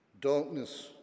darkness